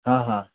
हाँ